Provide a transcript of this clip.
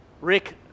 Rick